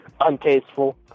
untasteful